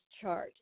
chart